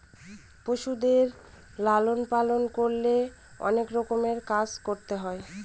পশুদের লালন পালন করলে অনেক রকমের কাজ করতে হয়